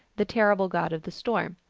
the terrible god of the storm.